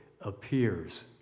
appears